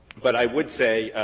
but i would say,